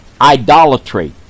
Idolatry